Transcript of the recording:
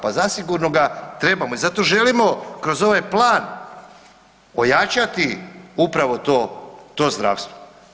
Pa zasigurno ga trebamo i zato želimo kroz ovaj plan ojačati upravo to zdravstvo.